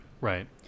Right